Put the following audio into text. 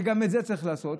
שגם את זה צריך לעשות,